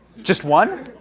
just one?